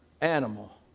animal